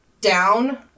down